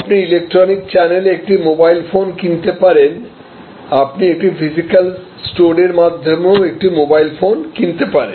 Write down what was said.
আপনি ইলেকট্রনিক চ্যানেলে একটি মোবাইল ফোন কিনতে পারেন আপনি একটি ফিজিক্যাল স্টোরের মাধ্যমেও একটি মোবাইল ফোন কিনতে পারেন